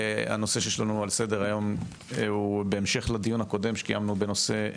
הנושא שיש לנו על סדר-היום הוא בהמשך לדיון הקודם שקיימנו בנושא דיור,